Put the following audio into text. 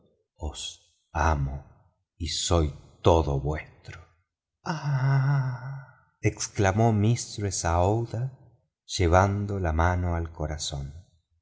amo y soy todo vuestro ah exclamó mistress aouida llevando la mano al corazón